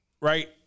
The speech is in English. right